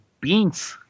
beans